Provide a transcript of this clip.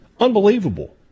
Unbelievable